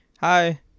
hi